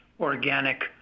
organic